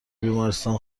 بیمارستان